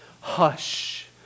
Hush